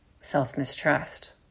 self-mistrust